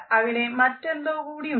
അവിടെ മറ്റെന്തൊകൂടി ഉണ്ട്